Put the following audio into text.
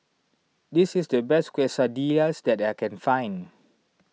this is the best Quesadillas that I can find